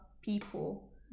people